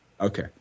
Okay